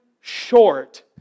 short